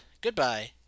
goodbye